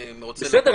אני רוצה --- בסדר,